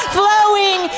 flowing